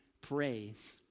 praise